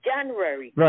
January